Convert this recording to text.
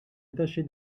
attachée